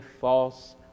false